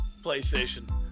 PlayStation